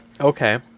Okay